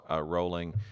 rolling